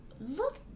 look